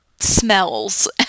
smells